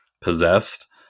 possessed